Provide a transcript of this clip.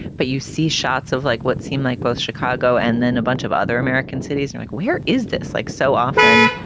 but you see shots of like what seemed like both chicago and then a bunch of other american cities, and like, where is this like so often?